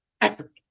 effort